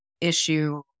issue